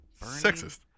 Sexist